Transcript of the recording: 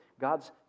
God's